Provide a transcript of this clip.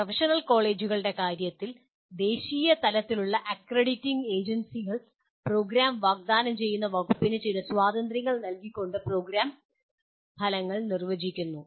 professional കോഴ്സുകളുടെ കാര്യത്തിൽ ദേശീയ തലത്തിലുള്ള അക്രഡിറ്റിംഗ് ഏജൻസികൾ പ്രോഗ്രാമുകൾ വാഗ്ദാനം ചെയ്യുന്ന വകുപ്പിന് ചില സ്വാതന്ത്ര്യങ്ങൾ നൽകിക്കൊണ്ട് പ്രോഗ്രാം ഫലങ്ങൾ നിർവചിക്കുന്നു